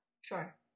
Sure